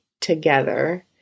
together